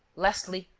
lastly,